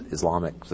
Islamic